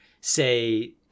say